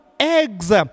eggs